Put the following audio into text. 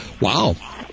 Wow